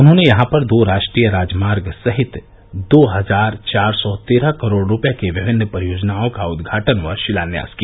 उन्होंने यहां पर दो राष्ट्रीय राजमार्ग सहित दो हजार चार सौ तेरह करोड़ रूपये की विभिन्न परियोजनाओं का उद्घाटन व शिलान्यास किया